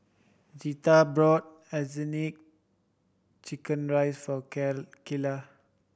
Zetta bought chicken rice for Kaela